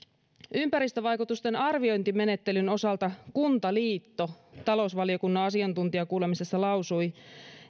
ympäristövaikutusten arviointimenettelyn osalta kuntaliitto talousvaliokunnan asiantuntijakuulemisessa lausui